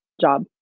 job